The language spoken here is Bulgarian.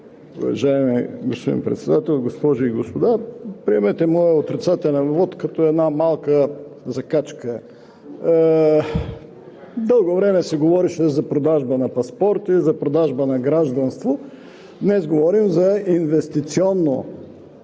Уважаеми господин Председател, госпожи и господа! Приемете моя отрицателен вот като една малка закачка. Дълго време се говореше за продажба на паспорти, за продажба на гражданство. Днес говорим за „инвестиционно